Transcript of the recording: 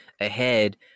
ahead